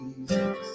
Jesus